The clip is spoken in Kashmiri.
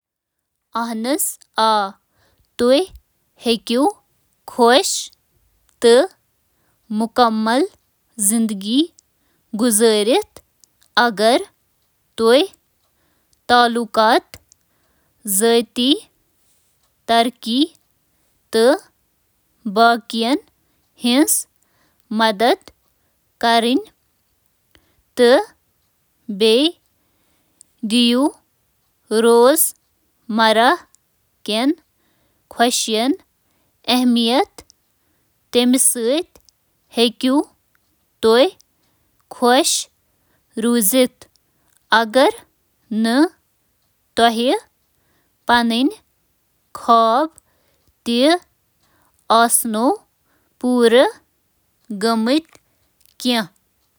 آ، پنٕنۍ تمام اصلی خوابن حٲصل کرنہٕ بغٲر چھِ اکھ پوٗرٕ زندگی گزارٕنۍ بالکل ممکن، تِکیازِ تکمیل ہیٚکہِ مختلف ذٔریعو پیٚٹھٕ یِتھ کٔنۍ زَن مضبوط تعلقات، بامعنی کٲم، ذٲتی ترقی تہٕ باقی جذباتن پیٚٹھ عمل کرُن۔